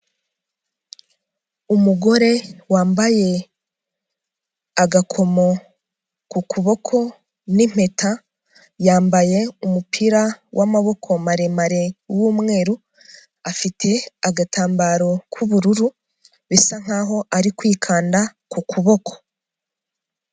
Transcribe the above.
Umugore wambaye agakomo ku kuboko n'impeta, yambaye umupira w'amaboko maremare, w'umweru afite agatambaro k'ubururu, bisa nk'aho ari kwikanda ku kuboko.